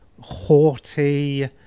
haughty